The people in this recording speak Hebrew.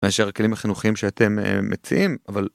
מאשר הכלים החינוכיים שאתם מציעים אבל..